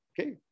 Okay